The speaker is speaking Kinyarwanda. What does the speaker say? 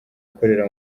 ikorera